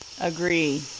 Agree